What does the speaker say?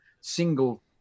single